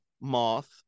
moth